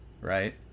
right